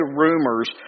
rumors